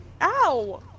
Ow